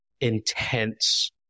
intense